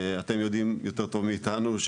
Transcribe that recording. אתם יודעים יותר טוב מאיתנו,